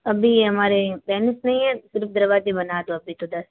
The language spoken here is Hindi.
अभी हमारे वेनिस नहीं है सिर्फ दरवाजे बना दो अभी तो दस